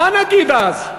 מה נגיד אז?